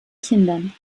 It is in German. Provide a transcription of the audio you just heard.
kindern